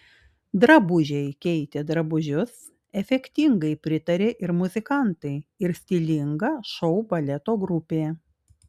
drabužiai keitė drabužius efektingai pritarė ir muzikantai ir stilinga šou baleto grupė